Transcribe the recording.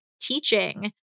teaching